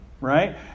right